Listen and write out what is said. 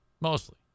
Mostly